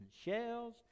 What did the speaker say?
shells